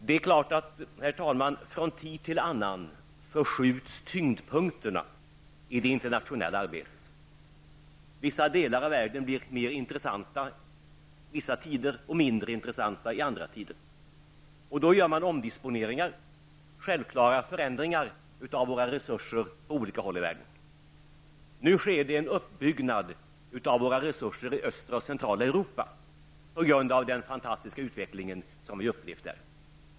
Det är klart, herr talman, att från tid till annan förskjuts tyngdpunkterna i det internationella arbetet; vissa delar av världen blir mer intressanta vissa tider och mindre intressanta andra tider. Då gör man omdisponeringar -- självklara förändringar -- av våra resurser på olika håll i världen. Nu sker en uppbyggnad av våra resurser i östra och centrala Europa på grund av den fantastiska utveckling som vi upplevt där.